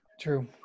True